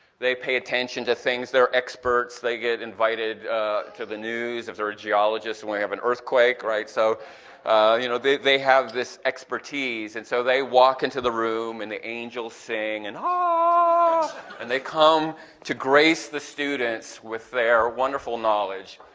they pay attention to things, they're experts, they get invited to the news if they're a geologist when we have an earthquake, right? so you know they they have this expertise and so they walk into the room and the angels sing and ah and they come to grace the students with their wonderful knowledge,